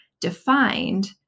defined